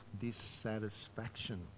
dissatisfaction